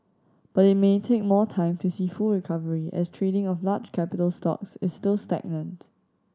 but it may take more time to see full recovery as trading of large capital stocks is still stagnant